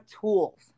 tools